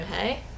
hey